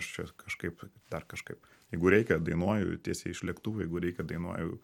aš čia kažkaip dar kažkaip jeigu reikia dainuoju tiesiai iš lėktuvo jeigu reikia dainuoju